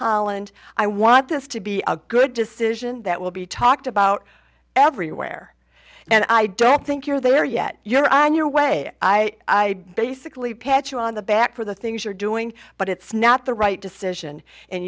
holland i want this to be a good decision that will be talked about everywhere and i don't think you're there yet you're on your way i basically patch you on the back for the things you're doing but it's not the right decision and